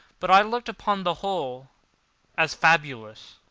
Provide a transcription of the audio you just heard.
but i looked upon the whole as fabulous.